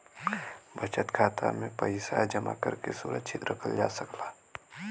बचत खाता में पइसा जमा करके सुरक्षित रखल जा सकला